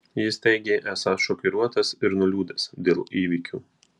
jis teigė esąs šokiruotas ir nuliūdęs dėl įvykių